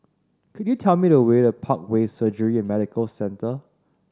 could you tell me the way to Parkway Surgery and Medical Centre